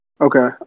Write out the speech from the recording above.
Okay